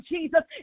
Jesus